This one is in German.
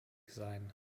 sein